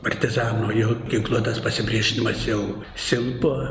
partizanų jau ginkluotas pasipriešinimas jau silpo